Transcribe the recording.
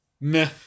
Meh